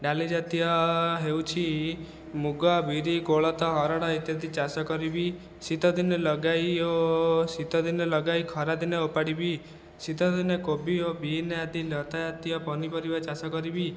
ଡାଲି ଜାତୀୟ ହେଉଛି ମୁଗ ବିରି କୋଳଥ ହରଡ଼ ଇତ୍ୟାଦି ଚାଷ କରିବି ଶୀତ ଦିନେ ଲଗାଇ ଓ ଶୀତଦିନେ ଲଗାଇ ଖରାଦିନେ ଓପାଡ଼ିବି ଶୀତ ଦିନେ କୋବି ଓ ବିନ୍ ଆଦି ଲତା ଜାତୀୟ ପନିପରିବା ଚାଷ କରିବି